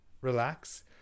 relax